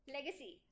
Legacy